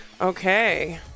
Okay